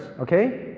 okay